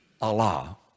Allah